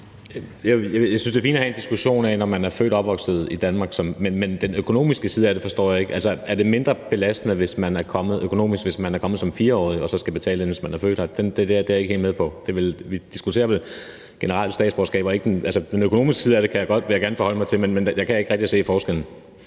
Jeg synes, det er fint at have en diskussion af emnet, med hensyn til om man er født opvokset i Danmark, men den økonomiske side af det forstår jeg ikke. Er det mindre belastende økonomisk, hvis man er kommet som 4-årig og så skal betale det, end hvis man er født her? Det er jeg ikke helt med på. Vi diskuterer vel generelt statsborgerskab og ikke den økonomiske side af det. Den vil jeg gerne forholde mig til, men jeg kan ikke rigtig se forskellen.